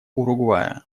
уругвая